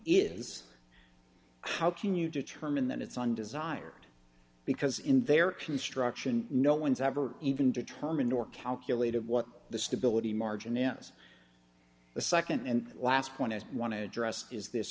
is how can you determine that it's undesired because in their construction no one's ever even determined or calculated what the stability margin is the nd and last point i want to address is this